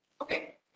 Okay